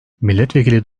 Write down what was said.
milletvekili